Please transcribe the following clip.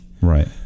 Right